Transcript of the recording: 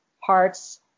parts